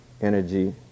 energy